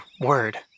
word